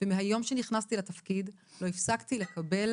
ומהיום שנכנסתי לתפקיד לא הפסקתי לקבל